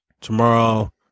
tomorrow